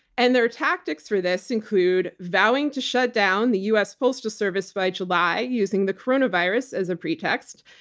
and their tactics for this include vowing to shut down the us postal service by july using the coronavirus as a pretext,